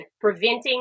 preventing